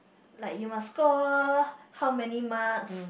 like you must score how many marks